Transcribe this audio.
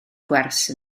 gwersi